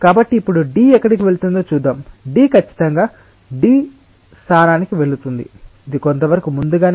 కాబట్టి ఇప్పుడు D ఎక్కడికి వెళుతుందో చూద్దాం D ఖచ్చితంగా D' స్థానానికి వెళుతుంది ఇది కొంతవరకు ముందుగానే ఉంటుంది అప్పుడు A′ యొక్క స్థానం ఏమిటి